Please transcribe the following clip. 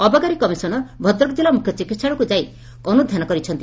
ଅବକାରୀ କମିଶନର ଭଦ୍ରକ ଜିଲ୍ଲା ମୁଖ୍ୟ ଚିକିହାଳୟକୁ ଯାଇ ଅନୁଧାନ କରିଛନ୍ତି